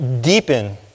deepen